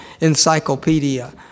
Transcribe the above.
encyclopedia